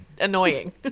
annoying